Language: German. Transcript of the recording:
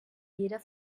jeder